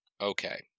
Okay